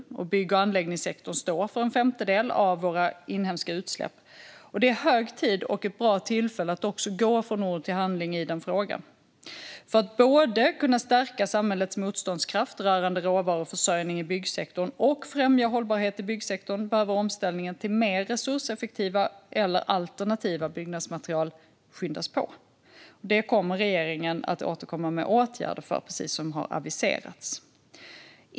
Bygg och anläggningssektorn står för en femtedel av våra inhemska utsläpp. Det är hög tid och ett bra tillfälle att också gå från ord till handling i den frågan. För att både kunna stärka samhällets motståndskraft rörande råvaruförsörjning i byggsektorn och främja hållbarhet i byggsektorn behöver omställningen till mer resurseffektiva eller alternativa byggnadsmaterial skyndas på. Det kommer regeringen att återkomma med åtgärder för, precis som har aviserats.